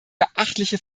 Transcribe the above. beachtliche